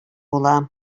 була